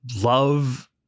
love